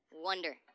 wonder